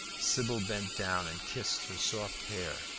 sybil bent down and kissed her soft hair,